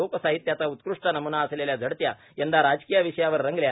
लोकसाहित्याचा उत्कृष्ट नमूना असलेल्या झडत्या यंदा राजकीय विषयावर रंगल्या